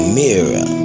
mirror